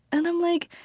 and i'm like,